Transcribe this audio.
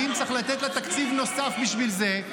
ואם צריך לתת לה תקציב נוסף בשביל זה,